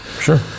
Sure